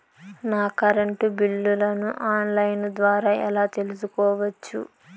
నా కరెంటు బిల్లులను online ద్వారా ఎలా తెలుసుకోవచ్చు?